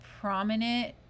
prominent